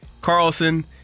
Carlson